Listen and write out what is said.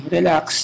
Relax